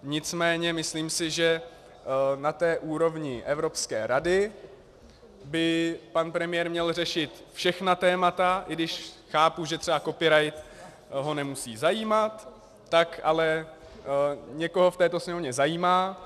Nicméně myslím si, že na té úrovni Evropské rady by pan premiér měl řešit všechna témata, i když chápu, že třeba copyright ho nemusí zajímat, tak ale někoho v této Sněmovně zajímá.